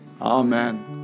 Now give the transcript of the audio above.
Amen